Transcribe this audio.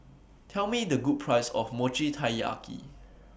Tell Me The Price of Mochi Taiyaki